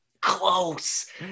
close